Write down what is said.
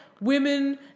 women